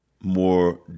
more